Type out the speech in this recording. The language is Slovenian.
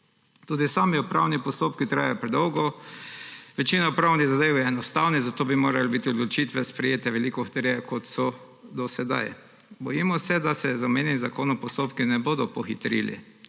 Tudi sami upravni postopki trajajo predolgo. Večina upravnih zadev je enostavnih, zato bi morale biti odločitve sprejete veliko hitreje, kot so do sedaj. Bojimo se, da se z omenjenim zakonom postopki ne bodo pohitrili,